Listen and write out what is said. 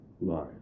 life